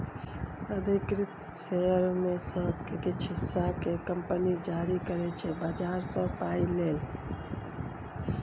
अधिकृत शेयर मे सँ किछ हिस्सा केँ कंपनी जारी करै छै बजार सँ पाइ लेल